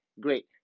great